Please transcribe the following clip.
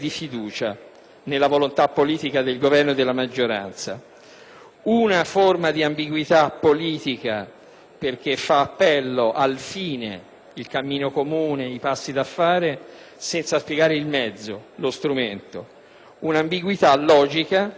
una forma di ambiguità politica, perché fa appello al fine, al cammino comune e ai passi da compiere, senza spiegare il mezzo, lo strumento; un'ambiguità logica, perché l'appello alla procedura condivisa